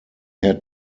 had